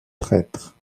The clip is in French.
traître